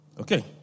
Okay